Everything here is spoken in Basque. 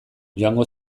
joango